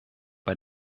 bei